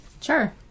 Sure